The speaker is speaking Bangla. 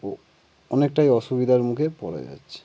ও অনেকটাই অসুবিধার মুখে পড়া যাচ্ছে